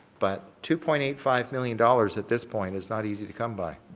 but two point eight five million dollars at this point is not easy to come by.